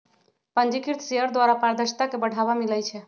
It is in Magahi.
पंजीकृत शेयर द्वारा पारदर्शिता के बढ़ाबा मिलइ छै